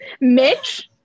Mitch